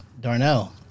Darnell